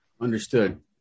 Understood